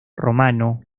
romano